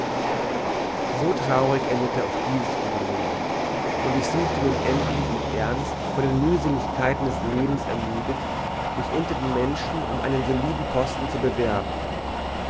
so traurig endete auch dieses unternehmen und ich suchte nun endlich mit ernst von den mühseligkeiten des lebens ermüdet mich unter den menschen um einen soliden posten zu bewerben